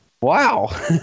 Wow